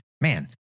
man